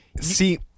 see